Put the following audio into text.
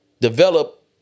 develop